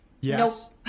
Yes